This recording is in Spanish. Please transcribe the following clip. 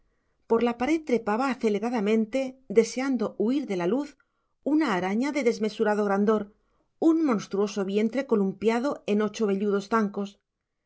por la pared trepaba aceleradamente deseando huir de la luz una araña de desmesurado grandor un monstruoso vientre columpiado en ocho velludos zancos